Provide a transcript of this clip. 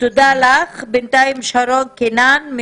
תודה לך, בינתיים שרון קינן,